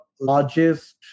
largest